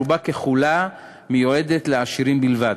רובה ככולה מיועדת לעשירים בלבד.